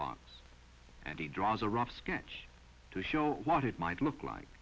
box and he draws a rough sketch to show what it might look like